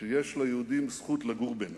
שיש ליהודים זכות לגור בינם.